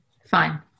Fine